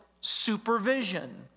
supervision